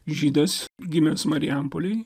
žydas gimęs marijampolėj